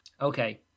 Okay